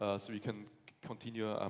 ah so we can continue.